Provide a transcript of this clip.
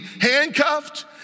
handcuffed